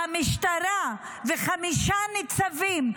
והמשטרה וחמישה ניצבים,